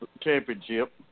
championship